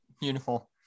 beautiful